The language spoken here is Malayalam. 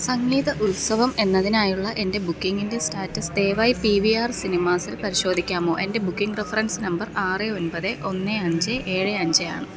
സംഗീത ഉത്സവം എന്നതിനായുള്ള എൻ്റെ ബുക്കിംഗിൻ്റെ സ്റ്റാറ്റസ് ദയവായി പി വി ആർ സിനിമാസിൽ പരിശോധിക്കാമോ എൻ്റെ ബുക്കിംഗ് റഫറൻസ് നമ്പർ ആറ് ഒൻപത് ഒന്ന് അഞ്ച് ഏഴ് അഞ്ച് ആണ്